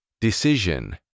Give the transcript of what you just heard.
Decision